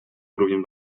уровнем